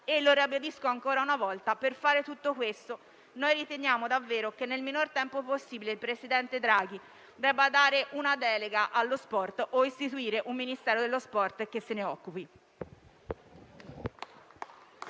Ribadisco ancora una volta che per fare tutto questo noi riteniamo davvero che, nel minor tempo possibile, il presidente Draghi debba dare una delega in materia o istituire un Ministero dello sport che se ne occupi.